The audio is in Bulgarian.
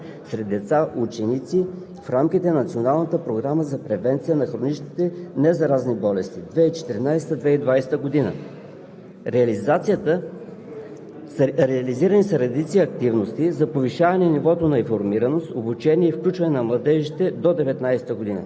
През отчетния период Министерство на здравеопазването е реализирало в страната значителен брой дейности по промоция на здравето и профилактика на болестите сред деца и ученици в рамките на Националната програма за превенция на хроничните незаразни болести 2014 – 2020 г.